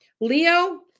Leo